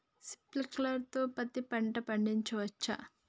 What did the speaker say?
Sprinkler తో పత్తి పంట పండించవచ్చా?